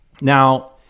Now